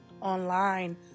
online